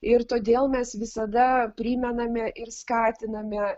ir todėl mes visada primename ir skatiname